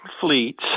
fleets